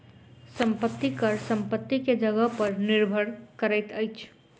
संपत्ति कर संपत्ति के जगह पर निर्भर करैत अछि